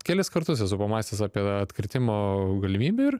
kelis kartus esu pamąstęs apie atkritimo galimybę ir